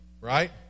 right